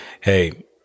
hey